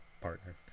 partner